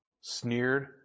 sneered